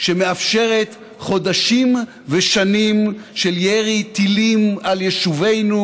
שמאפשרת חודשים ושנים של ירי טילים על יישובינו,